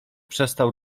przestał